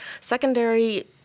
secondary